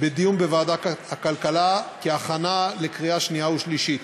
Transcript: בדיון בוועדת הכלכלה, להכנה לקריאה שנייה ושלישית.